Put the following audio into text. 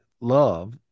love